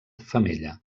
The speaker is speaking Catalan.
femella